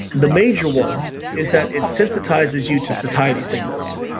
the major one is that it sensitizes you to satiety signals.